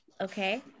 Okay